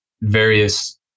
various